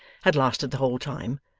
had lasted the whole time,